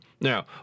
Now